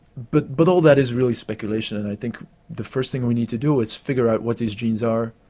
but but all that is really speculation and i think the first thing we need to do is figure out what these genes are,